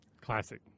Classic